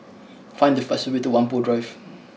find the fastest way to Whampoa Drive